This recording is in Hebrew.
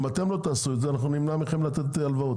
אם אתם לא תעשו את זה אנחנו נמנע מכם לתת הלוואות,